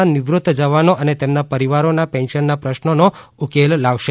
ના નિવૃત જવાનો અને તેમના પરિવારોના પેન્શનના પ્રશ્નોનો ઉકેલ લાવશે